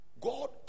God